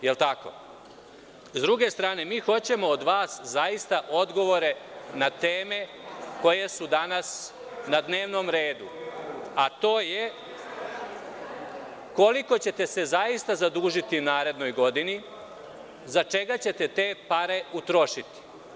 S druge strane, mi hoćemo od vas odgovore na temu koje su danas na dnevnom redu, a to je koliko ćete se zaista zadužiti u narednoj godini, za čega ćete te pare utrošiti?